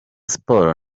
sports